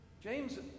James